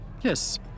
Yes